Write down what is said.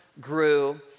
grew